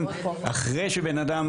או טלמדיסין.